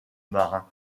marin